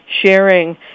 sharing